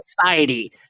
Society